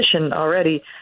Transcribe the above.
already